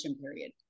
period